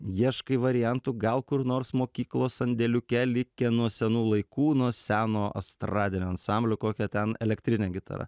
ieškai variantų gal kur nors mokyklos sandėliuke likę nuo senų laikų nuo seno estradinio ansamblio kokia ten elektrinė gitara